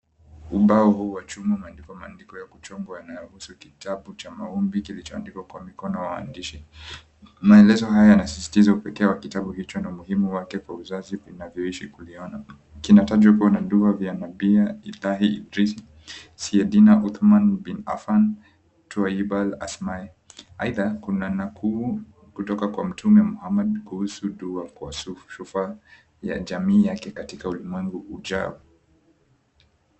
Umbao huu wa chuma maandiko ya kuchongwa yanahusu kitabu cha maombi kilichoandikwa kwa mikono ya waandishi. Maelezo haya yanasisitiza upekee wa kitabu hicho na umuhimu wake kwa uzazi vinavyoishi kuliona. Kinatajwa kuwa na dua ya nabii Idah Idris, Sayyidina Uthman bin Affan, Twaiibal Asmai. Aidha kuna nukuu kutoka kwa Mtume Muhammad kuhusu dua kwa shufaa ya jamii yake katika ulimwengu ujao.